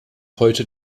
heute